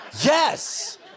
Yes